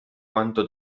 quanto